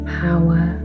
power